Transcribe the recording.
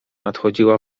nadchodziła